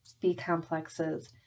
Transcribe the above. B-complexes